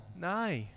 No